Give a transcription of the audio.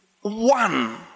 one